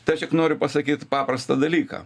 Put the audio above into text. tai aš tik noriu pasakyt paprastą dalyką